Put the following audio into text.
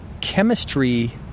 chemistry